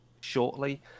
shortly